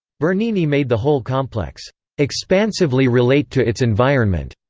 bernini made the whole complex expansively relate to its environment.